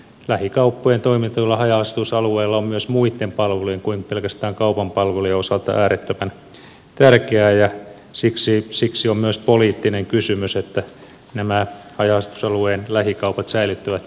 lähikauppojen toiminta tuolla haja asutusalueella on myös muitten palvelujen kuin pelkästään kaupan palvelujen osalta äärettömän tärkeää ja siksi on myös poliittinen kysymys että nämä haja asutusalueen lähikaupat säilyttävät kilpailukykynsä